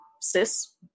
cis